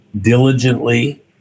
diligently